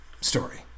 story